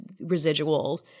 residual